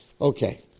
Okay